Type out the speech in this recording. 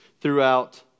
throughout